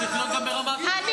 זה צריך להיות גם ברמת הרטוריקה.